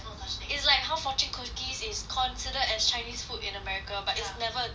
it's like how like how fortune cookies is considered as chinese food in america but it's never a thing in china